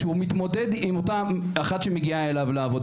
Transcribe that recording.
שמתמודד עם מטפלת שמגיעה לעבוד אצלו?